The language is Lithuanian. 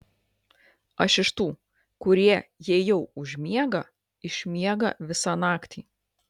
aš iš tų kurie jei jau užmiega išmiega visą naktį